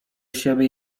siebie